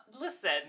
listen